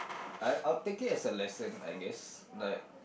I I'll take it as a lesson I guess like